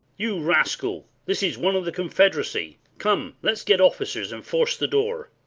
you rascal! this is one of the confederacy. come, let's get officers, and force the door.